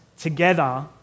together